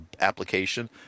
application